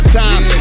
time